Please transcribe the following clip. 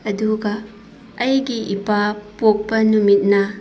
ꯑꯗꯨꯒ ꯑꯩꯒꯤ ꯏꯄꯥ ꯄꯣꯛꯄ ꯅꯨꯃꯤꯠꯅ